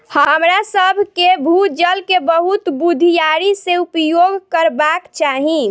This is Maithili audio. हमरासभ के भू जल के बहुत बुधियारी से उपयोग करबाक चाही